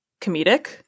comedic